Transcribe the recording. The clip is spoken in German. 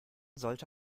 sollte